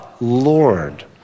Lord